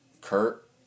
Kurt